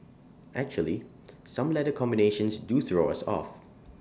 actually some letter combinations do throw us off